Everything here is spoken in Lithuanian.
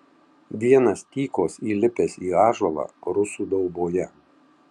vienas tykos įlipęs į ąžuolą rusų dauboje